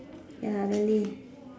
ya really